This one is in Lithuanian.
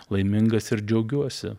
laimingas ir džiaugiuosi